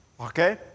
Okay